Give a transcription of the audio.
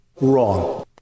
Wrong